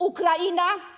Ukraina!